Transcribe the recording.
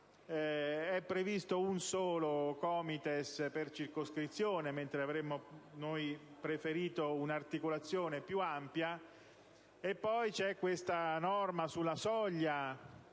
È previsto un solo COMITES per circoscrizione mentre avremmo preferito un'articolazione più ampia. Poi c'è questa norma sulla